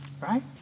right